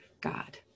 God